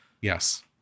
yes